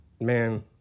Man